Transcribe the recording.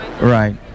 right